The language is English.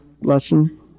lesson